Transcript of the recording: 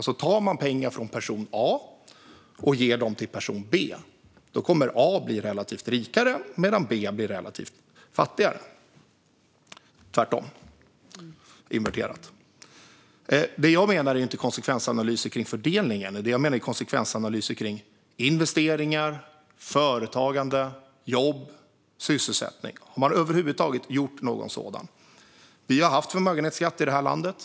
Tar man pengar från person A och ger dem till person B kommer B att bli relativt rikare medan A blir relativt fattigare. Jag menar alltså inte konsekvensanalyser av fördelningen utan konsekvensanalyser av investeringar, företagande, jobb och sysselsättning. Har man över huvud taget gjort någon sådan? Vi har haft förmögenhetsskatt i det här landet.